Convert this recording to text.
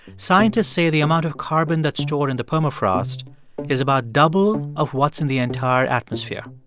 scientists say the amount of carbon that's stored in the permafrost is about double of what's in the entire atmosphere.